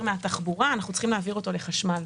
מן התחבורה אנחנו צריכים להעביר אותה לחשמל.